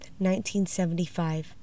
1975